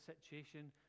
situation